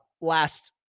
Last